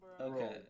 Okay